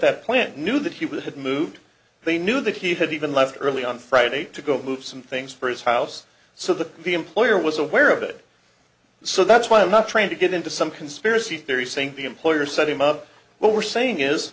that plant knew that he would have moved they knew that he had even left early on friday to go move some things for his house so that the employer was aware of it so that's why i'm not trying to get into some conspiracy theory saying the employer set him up what we're saying is